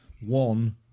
One